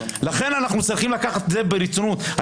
לכן אנחנו צריכים לקחת את זה ברצינות.